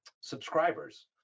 subscribers